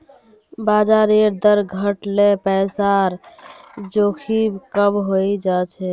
ब्याजेर दर घट ल पैसार जोखिम कम हइ जा छेक